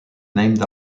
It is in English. named